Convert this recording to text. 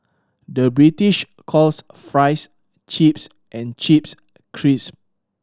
the British calls fries chips and chips crisp